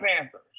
Panthers